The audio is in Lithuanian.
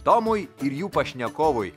tomui ir jų pašnekovui